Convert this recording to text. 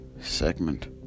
segment